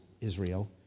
Israel